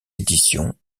éditions